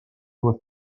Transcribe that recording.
was